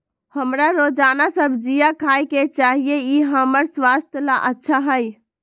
हमरा रोजाना सब्जिया खाय के चाहिए ई हमर स्वास्थ्य ला अच्छा हई